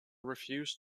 refused